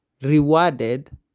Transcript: Rewarded